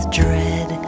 dread